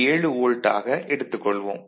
7 volt ஆக எடுத்துக் கொள்வோம்